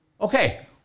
Okay